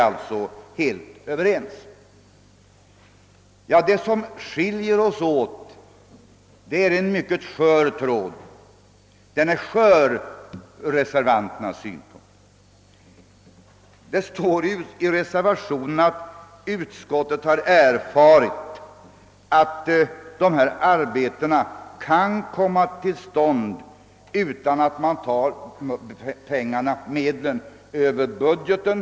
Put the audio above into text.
Det som ur reservanternas synpunkt skiljer oss åt hänger på en mycket skör tråd. Det står i reservationen att utskottet har erfarit att dessa arbeten kan komma till stånd utan att man tar medlen över budgeten.